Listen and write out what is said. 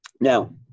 Now